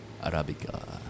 Arabica